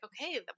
okay